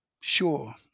sure